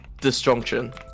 disjunction